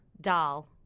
Doll